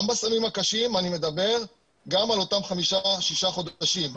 גם בסמים הקשים אני מדבר על אותם חמישה או שישה חודשים,